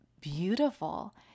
beautiful